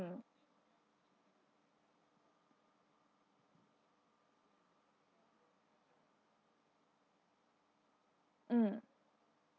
mm